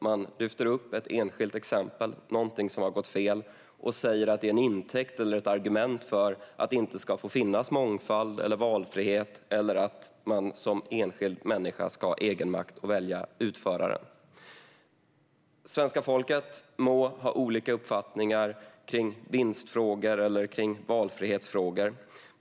Man lyfter upp ett enskilt exempel på något som har gått fel och tar det till intäkt eller argument för att det inte ska få finnas mångfald eller valfrihet och att man som enskild människa inte ska ha egenmakt att välja utförare. Svenska folket må ha olika uppfattningar i vinstfrågor eller valfrihetsfrågor.